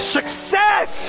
Success